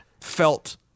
felt